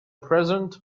present